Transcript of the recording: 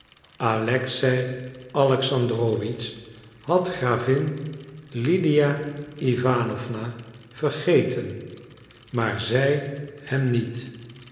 alexei alexandrowitsch had gravin lydia iwanowna vergeten maar zij hem niet